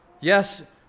Yes